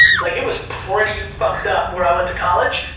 like it was pretty fucked up where i went to college.